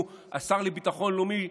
הוא השר לביטחון לאומי,